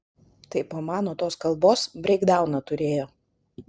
tai po mano tos kalbos breikdauną turėjo